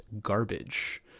garbage